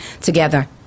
together